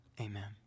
Amen